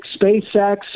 SpaceX